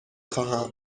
خواهم